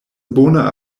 bona